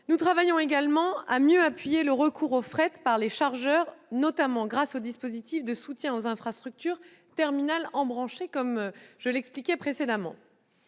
Nous travaillons également à mieux appuyer le recours au fret par les chargeurs, notamment grâce au dispositif de soutien aux infrastructures terminales embranchées, comme je l'expliquais précédemment.